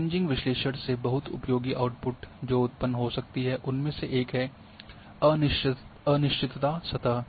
kriging विश्लेषण से बहुत उपयोगी आउटपुट जो उत्पन्न हो सकती है उनमें से एक है अनिश्चितता सतह